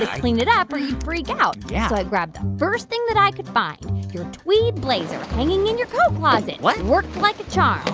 ah clean it up, or you'd freak out yeah so i grabbed the first thing that i could find, your tweed blazer hanging in your coat closet what? worked like a charm.